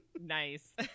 Nice